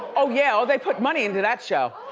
oh yeah, oh, they put money into that show.